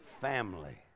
family